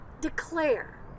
declare